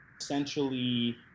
essentially